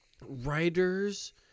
writers